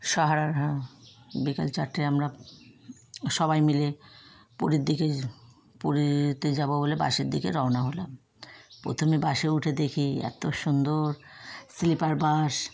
বিকেল চারটে আমরা সবাই মিলে পুরীর দিকে পুরীতে যাব বলে বাসের দিকে রওনা হলাম প্রথমে বাসে উঠে দেখি এত সুন্দর স্লিপার বাস